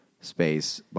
space